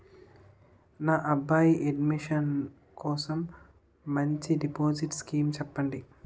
నా అబ్బాయి ఎడ్యుకేషన్ కోసం మంచి డిపాజిట్ స్కీం చెప్పండి